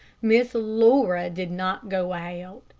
miss laura did not go out.